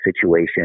situation